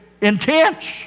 intense